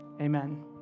Amen